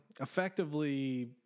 effectively